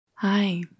Hi